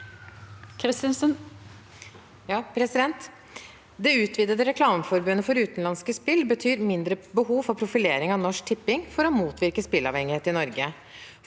«Det utvidede re- klameforbudet for utenlandske spill betyr mindre behov for profilering av Norsk Tipping for å motvirke spillavhengighet i Norge.